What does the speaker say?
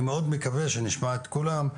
אני מאוד מקווה שנשמע את כולם,